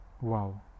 Wow